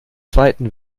zweiten